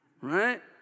right